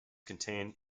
contain